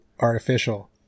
artificial